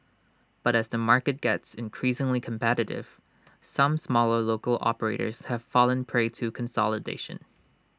but as the market gets increasingly competitive some smaller local operators have fallen prey to consolidation